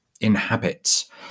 inhabits